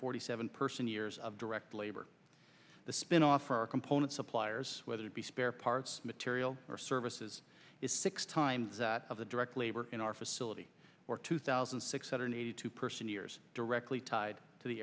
forty seven person years of direct labor the spin off for our component suppliers whether it be spare parts material or services is six times that of the direct labor in our facility for two thousand six hundred eighty two person years directly tied to the